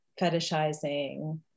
fetishizing